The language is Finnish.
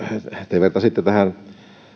te vertasitte tähän että nyt